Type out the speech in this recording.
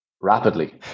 rapidly